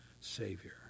Savior